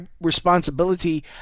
responsibility